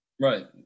Right